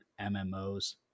MMOs